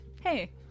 Hey